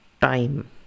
time